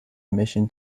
emission